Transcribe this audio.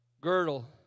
girdle